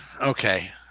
Okay